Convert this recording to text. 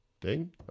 Ding